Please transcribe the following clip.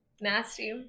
nasty